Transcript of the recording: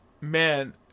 Man